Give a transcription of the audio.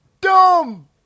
dumb